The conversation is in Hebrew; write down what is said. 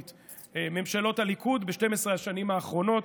ממשלות הליכוד ב-12 השנים האחרונות,